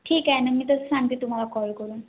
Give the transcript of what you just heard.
ठीक आहे ना मी तसं सांगते तुम्हाला कॉल करून